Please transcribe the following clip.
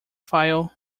file